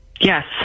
Yes